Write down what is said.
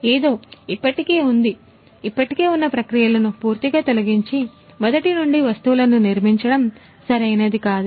ఏదో ఇప్పటికే ఉంది ఇప్పటికే ఉన్న ప్రక్రియలను పూర్తిగా తొలగించి మొదటి నుండి వస్తువులను నిర్మించడం సరైనది కాదు